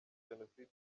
jenoside